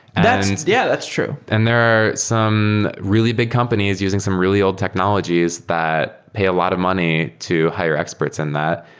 yeah, that's true and there are some really big companies using some really old technologies that pay a lot of money to hire experts in that.